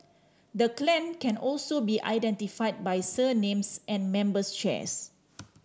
the clan can also be identified by surnames and members shares